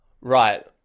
right